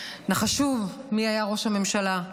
נחשו מי היה ראש הממשלה.